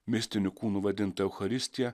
mistiniu kūnu vadinta eucharistija